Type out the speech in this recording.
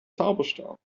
zauberstab